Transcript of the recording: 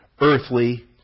earthly